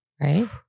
right